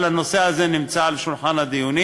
אבל הנושא הזה נמצא על שולחן הדיונים.